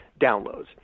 downloads